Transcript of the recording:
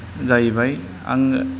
जाहैबाय आङो